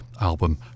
album